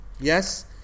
Yes